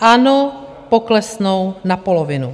Ano, poklesnou na polovinu.